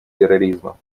терроризма